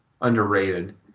underrated